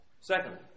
Secondly